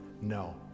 No